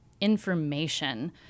information